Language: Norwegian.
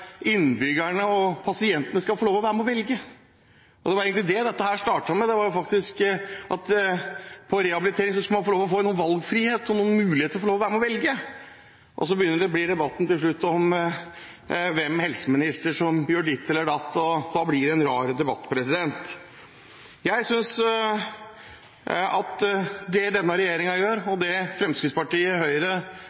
innbyggerne og pasientene skal få lov til å være med og velge. Det var egentlig det dette startet med – når det gjaldt rehabilitering, skulle man få valgfrihet og mulighet til å være med og velge. Så ender debatten til slutt med hvilken helseminister som gjør ditt eller datt, og da blir det en rar debatt. Jeg synes det denne regjeringen gjør,